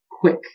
quick